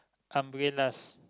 umbrellas